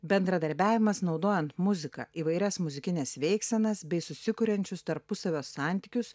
bendradarbiavimas naudojant muziką įvairias muzikines veiksenas bei susikuriančius tarpusavio santykius